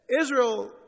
Israel